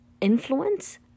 Influence